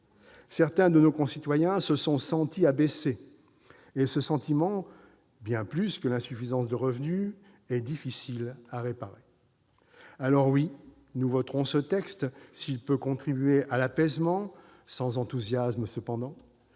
Certains de nos concitoyens se sont sentis abaissés, et ce sentiment, bien plus que l'insuffisance de revenus, est difficile à réparer. Alors, oui, nous voterons ce texte s'il peut contribuer à l'apaisement, sans enthousiasme cependant.